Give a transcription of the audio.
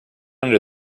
under